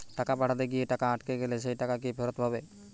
টাকা পাঠাতে গিয়ে টাকা আটকে গেলে সেই টাকা কি ফেরত হবে?